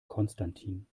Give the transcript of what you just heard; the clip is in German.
konstantin